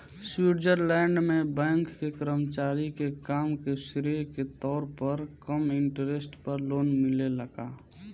Switzerland में bank के कर्मचारी के काम के श्रेय के तौर पर कम इंटरेस्ट पर लोन मिलेला का?